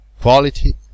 quality